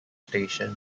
station